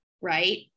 Right